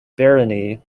barony